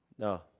No